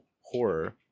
horror